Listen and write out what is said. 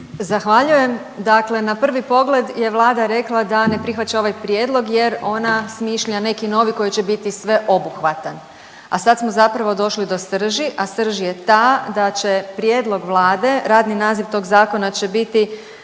Zahvaljujem. Dakle, na prvi pogled je Vlada rekla da ne prihvaća ovaj prijedlog jer ona smišlja neki novi koji će biti sveobuhvatan, a sad smo zapravo došli do srži, a srž je ta da će prijedlog Vlade, radni naziv tog zakona će biti